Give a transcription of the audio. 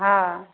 हँ